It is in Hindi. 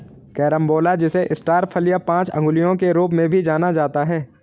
कैरम्बोला जिसे स्टार फल या पांच अंगुलियों के रूप में भी जाना जाता है